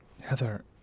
Heather